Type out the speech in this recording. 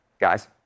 Guys